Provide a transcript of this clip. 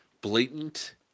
blatant